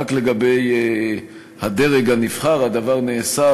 רק לגבי הדרג הנבחר הדבר נאסר,